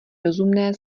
rozumné